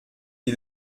die